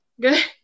Good